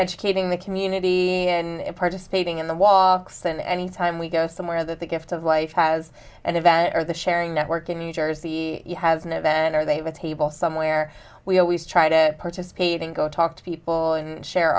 educating the community and participating in the walks and anytime we go somewhere that the gift of life has an event or the sharing network in new jersey you have an event or they would table somewhere we always try to participate in go talk to people and share